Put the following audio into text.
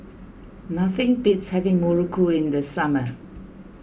nothing beats having Muruku in the summer